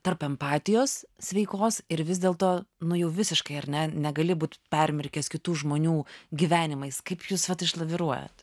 tarp empatijos sveikos ir vis dėlto nu jau visiškai ar ne negali būti permirkęs kitų žmonių gyvenimais kaip jūs vat išlaviruojat